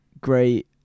great